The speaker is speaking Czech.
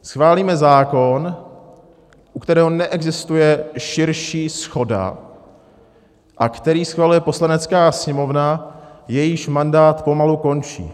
Schválíme zákon, u kterého neexistuje širší shoda a který schvaluje Poslanecká sněmovna, jejíž mandát pomalu končí.